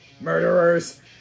murderers